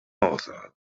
author